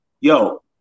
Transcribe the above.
Yo